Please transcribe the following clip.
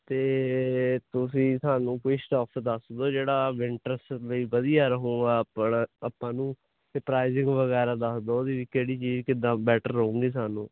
ਤੇ ਤੁਸੀਂ ਸਾਨੂੰ ਕੋਈ ਸਟੋਕਸ ਦੱਸ ਦੋ ਜਿਹੜਾ ਵਿੰਟਰਸ ਲਈ ਵਧੀਆ ਰਹੂਗਾ ਆਪਣਾ ਆਪਾਂ ਨੂੰ ਪ੍ਰਾਈਜਿੰਗ ਵਗੈਰਾ ਦੱਸ ਦੋ ਦੀ ਕਿਹੜੀ ਚੀਜ਼ ਕਿੱਦਾਂ ਬੈਟਰ ਰਹੂਗੀ ਸਾਨੂੰ